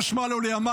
החשמל עולה,